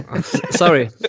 sorry